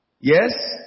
Yes